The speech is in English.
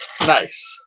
Nice